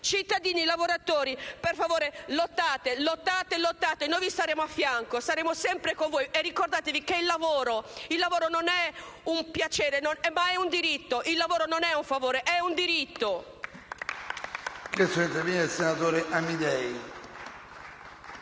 Cittadini, lavoratori, per favore: lottate, lottate, lottate! Noi saremo al vostro fianco, sempre con voi! E ricordate che il lavoro non è un piacere, ma un diritto! Il lavoro non è un favore, è un diritto!